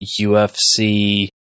UFC